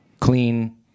clean